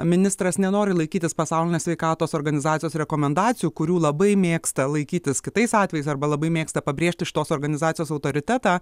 ministras nenori laikytis pasaulinės sveikatos organizacijos rekomendacijų kurių labai mėgsta laikytis kitais atvejais arba labai mėgsta pabrėžti šitos organizacijos autoritetą